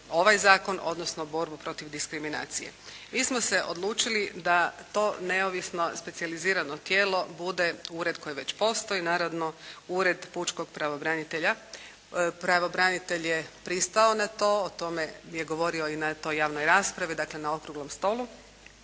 ovaj zakon odnosno borbu protiv diskriminacije. Mi smo se odlučili da to neovisno, specijalizirano tijelo bude ured koji već postoji, naravno Ured pučkog pravobranitelja. Pravobranitelj je pristao na to. O tome je govorio i na toj javnoj raspravi, dakle na Okruglom stolu